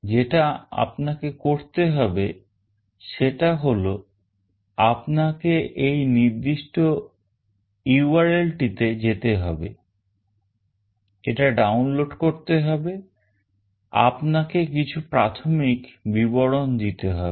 যেটা আপনাকে করতে হবে সেটা হল আপনাকে এই নির্দিষ্ট URLটিতে যেতে হবে এটা download করতে হবে আপনাকে কিছু প্রাথমিক বিবরণ দিতে হবে